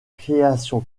création